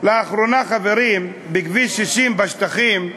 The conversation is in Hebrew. לאחרונה, חברים, בכביש 60 בשטחים,